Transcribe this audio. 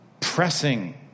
pressing